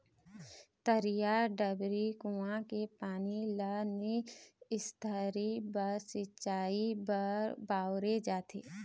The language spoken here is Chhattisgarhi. तरिया, डबरी, कुँआ के पानी ल निस्तारी बर, सिंचई बर बउरे जाथे